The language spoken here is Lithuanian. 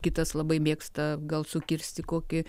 kitas labai mėgsta gal sukirsti kokį